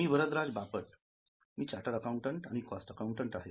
मी वरदराज बापट मी chartered accountant आणि cost accountant आहे